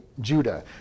Judah